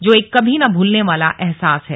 जो एक कभी न भूलने वाला अहसास है